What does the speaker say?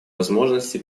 возможности